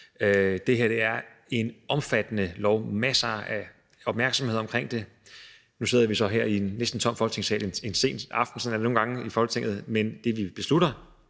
Det her er en omfattende lov, og der er masser af opmærksomhed omkring den. Nu sidder vi så her i en næsten tom Folketingssal en sen aften – sådan er det jo nogle gange i Folketinget – men det, vi beslutter,